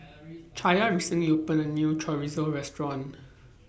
Chaya recently opened A New Chorizo Restaurant